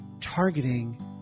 targeting